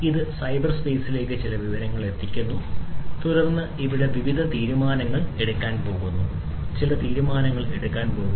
ഇത് സൈബർ സ്പേസിലേക്ക് ചില വിവരങ്ങൾ അയയ്ക്കാൻ പോകുന്നു തുടർന്ന് ഇവിടെ ചില തീരുമാനങ്ങൾ എടുക്കാൻ പോകുന്നു ചില തീരുമാനങ്ങൾ എടുക്കാൻ പോകുന്നു